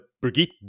Brigitte